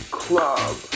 club